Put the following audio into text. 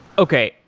okay,